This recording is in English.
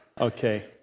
Okay